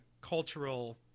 cultural